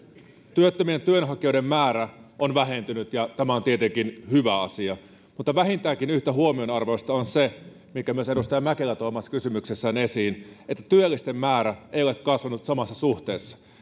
työttömien työnhakijoiden määrä on vähentynyt ja tämä on tietenkin hyvä asia mutta vähintäänkin yhtä huomionarvoista on se minkä myös edustaja mäkelä toi omassa kysymyksessään esiin että työllisten määrä ei ole kasvanut samassa suhteessa